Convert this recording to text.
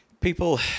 people